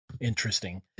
Interesting